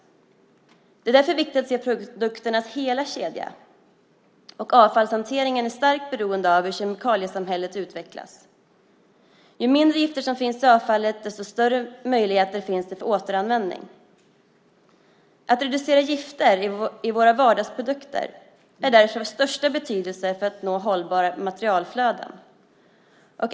Det är därför viktigt att se produkternas hela kedja. Avfallshanteringen är starkt beroende av hur kemikaliesamhället utvecklas. Ju mindre gifter som finns i avfallet desto större möjligheter finns det till återanvändning. Att reducera gifter i våra vardagsprodukter är därför av största betydelse för att nå hållbara materialflöden.